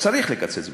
צריך לקצץ בקצבאות.